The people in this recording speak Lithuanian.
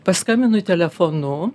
paskambinu į telefonu